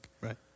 Right